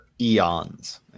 eons